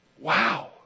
wow